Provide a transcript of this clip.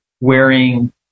wearing